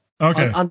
Okay